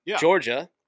Georgia